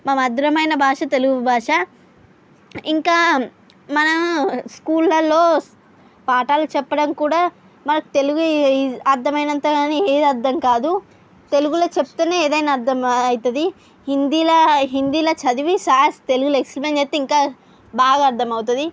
మా మధురమైన భాష తెలుగు భాష ఇంకా మన స్కూల్ ల్లల్లో పాఠాలు చెప్పడం కూడా మనకు తెలుగు అర్థం అయినంతగా ఏది అర్థం కాదు తెలుగులో చెప్తేనే ఏదైనా అర్థం అ అవుతుంది హిందీలో హిందీలో చదివి సార్ తెలుగులో ఎక్స్ప్లైన్ చేస్తే ఇంకా బాగా అర్థమవుతుంది